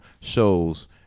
shows